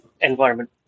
environment